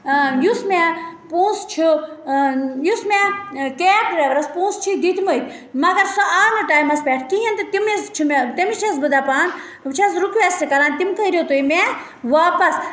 یُس مےٚ پونٛسہٕ چھُ یُس مےٚ کیب ڈرٛایوَرَس پونٛسہٕ چھِ دِتۍمٕتۍ مگر سُہ آو نہٕ ٹایمَس پٮ۪ٹھ کِہیٖنۍ تہٕ تٔمِس چھِ مےٚ تٔمِس چھَس بہٕ دَپان بہٕ چھَس رِکوٮ۪سٹ کَران تِم کٔرِو تُہۍ مےٚ واپَس